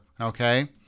okay